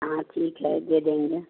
हाँ ठीक है दे देंगे